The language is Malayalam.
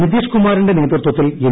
നിതീഷ് കുമാറിന്റെ നേതൃത്വത്തിൽ എൻ